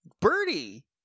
birdie